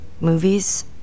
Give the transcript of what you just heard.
Movies